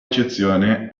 eccezione